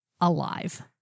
alive